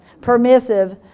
permissive